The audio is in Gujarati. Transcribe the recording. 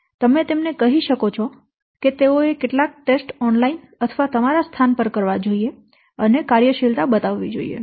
તમે તેમને કહી શકો કે તેઓએ કેટલાક પરીક્ષણો ઓનલાઇન અથવા તમારા સ્થાન પર કરવા જોઈએ અને કાર્યશીલતા બતાવવી જોઈએ